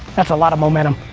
that's a lot of momentum.